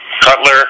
Cutler